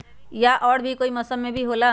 या और भी कोई मौसम मे भी होला?